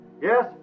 Yes